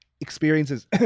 experiences